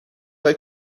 های